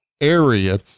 area